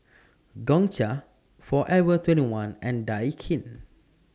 Gongcha Forever twenty one and Daikin